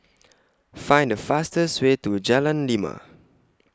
Find The fastest Way to Jalan Lima